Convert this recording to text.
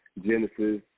Genesis